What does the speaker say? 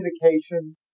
communication